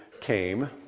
came